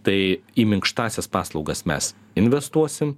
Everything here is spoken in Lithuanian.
tai į minkštąsias paslaugas mes investuosim